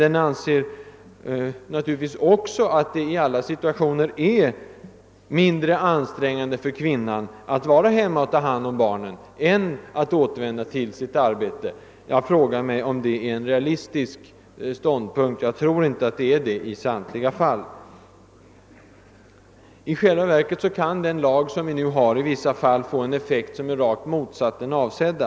Men han måste också anse att det i alla situationer är mindre ansträngande för kvinnan att vara hemma och ta hand om barnen än att återvända till sitt arbete. Jag frågar mig, om det är en realistisk ståndpunkt. Jag tror inte att så är förhållandet i samtliga fall. Den nuvarande lagen kan ibland få en effekt som är rakt motsatt den avsedda.